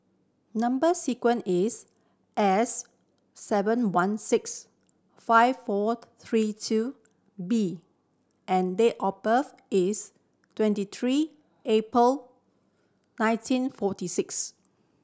number sequence is S seven one six five four three two B and date of birth is twenty three April nineteen forty six